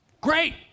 Great